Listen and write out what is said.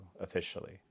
officially